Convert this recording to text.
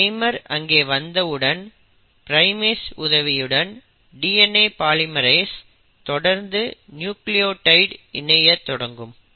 primer அங்கே வந்த உடன் ப்ரைமேஸ் உதவியுடன் DNA பாலிமெரேஸ் தொடர்ந்து நியூக்ளியோடைட் இணைக்கத்தொடங்கும்